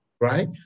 right